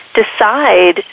decide